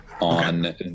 on